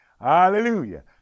Hallelujah